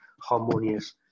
harmonious